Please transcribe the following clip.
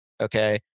Okay